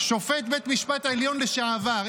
שופט בית המשפט העליון לשעבר,